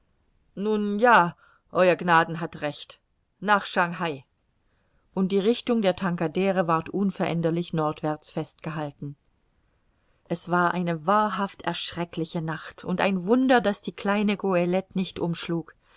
nun ja ew gnaden hat recht nach schangai und die richtung der tankadere ward unveränderlich nordwärts festgehalten es war eine wahrhaft erschreckliche nacht und ein wunder daß die kleine goelette nicht umschlug